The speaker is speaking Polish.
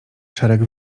szereg